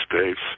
States